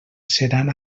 seran